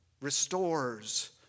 restores